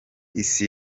isi